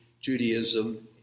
Judaism